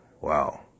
wow